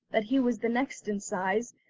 that he was the next in size,